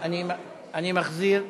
אני מחזיר מאפס.